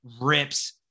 rips